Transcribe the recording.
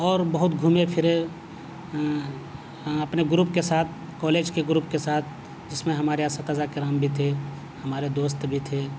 اور بہت گھومے پھرے اپنے گروپ کے ساتھ کالج کے گروپ کے ساتھ جس میں ہمارے اساتذہ کرام بھی تھے ہمارے دوست بھی تھے